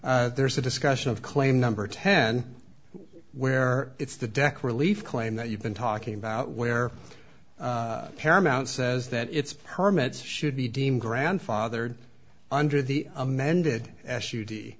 there's a discussion of claim number ten where it's the deck relief claim that you've been talking about where paramount says that it's permits should be deemed grandfathered under the amended s